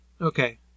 Okay